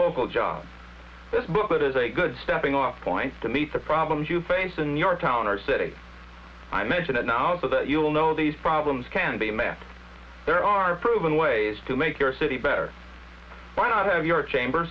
local job this booklet is a good stepping off point to meet the problems you face in your town or city i mention it now so that you will know these problems can be met there are proven ways to make your city better why not have your chamber